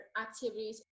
activities